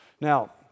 Now